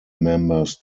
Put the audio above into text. members